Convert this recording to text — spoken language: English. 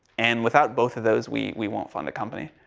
and without both of those, we, we won't fund a company.